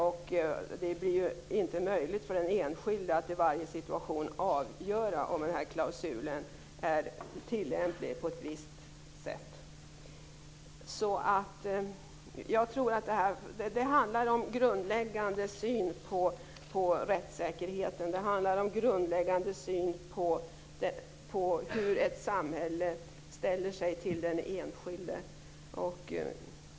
Det blir inte möjligt för den enskilde att i varje situation avgöra om klausulen är tillämplig på ett visst sätt. Det handlar om grundläggande syn på rättssäkerheten, på hur ett samhälle ställer sig till den enskilde.